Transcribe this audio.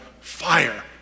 fire